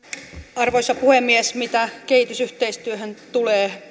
arvoisa puhemies mitä kehitysyhteistyöhön tulee